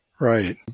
Right